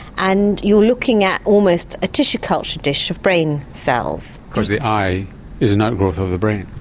and you're looking at almost a tissue culture dish of brain cells. because the eye is an outgrowth of the brain.